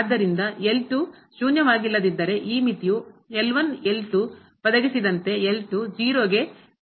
ಆದ್ದರಿಂದ ಶೂನ್ಯವಾಗಿಲ್ಲದಿದ್ದರೆ ಈ ಮಿತಿಯು ಒದಗಿಸಿದಂತೆ 0 ಗೆ ಸಮನಾಗಿರುವುದಿಲ್ಲ